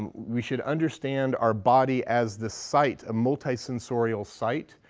um we should understand our body as the site, multi-sensorial site,